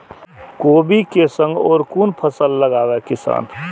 कोबी कै संग और कुन फसल लगावे किसान?